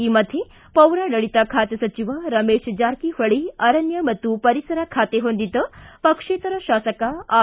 ಈ ಮಧ್ಯೆ ಪೌರಾಡಳಿತ ಖಾತೆ ಸಚಿವ ರಮೇಶ್ ಜಾರಕಿಹೊಳಿ ಅರಣ್ಯ ಮತ್ತು ಪರಿಸರ ಖಾತೆ ಹೊಂದಿದ್ದ ಪಕ್ಷೇತರ ತಾಸಕ ಆರ್